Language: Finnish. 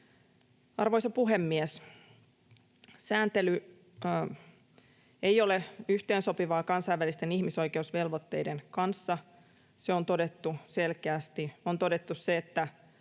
Arvoisa puhemies! Sääntely ei ole yhteensopivaa kansainvälisten ihmisoikeusvelvoitteiden kanssa, se on todettu selkeästi. On todettu se, että